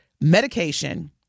medication